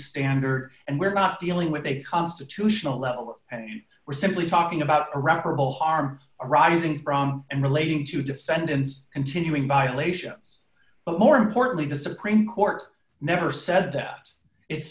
standard and we're not dealing with a constitutional level and we're simply talking about irreparable harm arising from and relating to defendants continuing violations but more importantly the supreme court never said that it